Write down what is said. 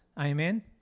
Amen